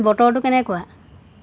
বতৰটো কেনেকুৱা